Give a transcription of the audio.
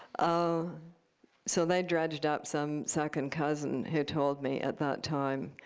um so they dredged up some second cousin who told me, at that time,